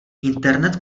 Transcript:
internet